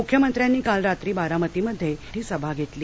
मुख्यमंत्र्यांनी काल रात्री बारामतीमध्ये सभा घेतली